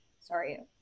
Sorry